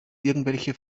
irgendwelche